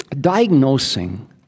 Diagnosing